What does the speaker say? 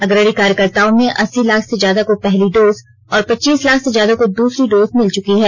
अग्रणी कार्यकर्ताओं में अस्सी लाख से ज्यादा को पहली डोज और पचीस लाख से ज्यादा को दूसरी डोज मिल चुकी है